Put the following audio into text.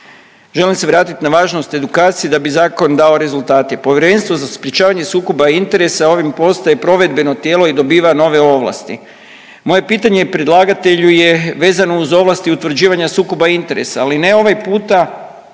Želim se vratit na važnost edukacije da bi zakon dao rezultate. Povjerenstvo za sprječavanje sukoba interesa ovim postaje provedbeno tijelo i dobiva nove ovlasti. Moje pitanje predlagatelju je vezano uz ovlasti utvrđivanja sukoba interesa, ali ne ovaj puta